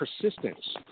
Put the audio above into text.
persistence